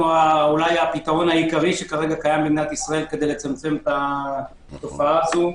אנחנו אולי הפתרון העיקרי שקיים במדינת ישראל כדי לצמצם את התופעה הזו.